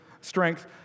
strength